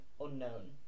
unknown